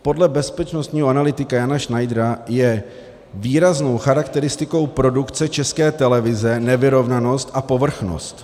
Podle bezpečnostního analytika Jana Schneidera je výrazovou charakteristikou produkce České televize nevyrovnanost a povrchnost.